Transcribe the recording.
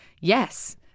yes